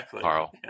Carl